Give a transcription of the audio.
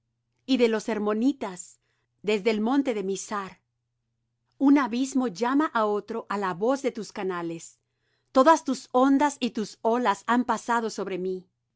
y de los hermonitas desde el monte de mizhar un abismo llama á otro á la voz de tus canales todas tus ondas y tus olas han pasado sobre mí